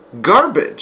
garbage